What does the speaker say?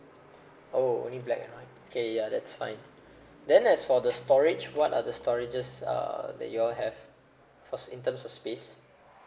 oh only black and white okay ya that's fine then as for the storage what are the storages uh that you all have for in terms of space